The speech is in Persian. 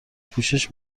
پوشش